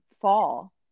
fall